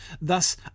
Thus